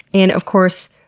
and of course,